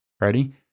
ready